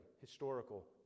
historical